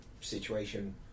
situation